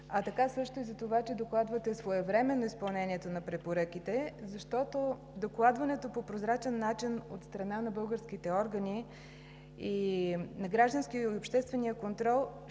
а така също и за това, че докладвате своевременно изпълнението на препоръките. Защото с докладването по прозрачен начин от страна на българските органи гражданският и обществен контрол